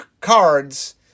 cards